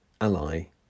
ally